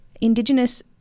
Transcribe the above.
Indigenous